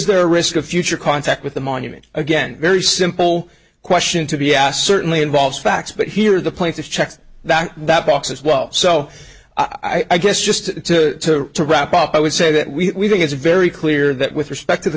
there a risk of future contact with the monument again very sim full question to be asked certainly involves facts but here is the point of checks that that box is well so i guess just to wrap up i would say that we think it's very clear that with respect to the